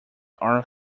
are